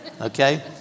Okay